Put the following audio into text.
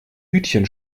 hütchen